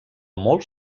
molts